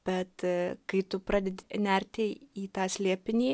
bet kai tu pradedi nerti į tą slėpinį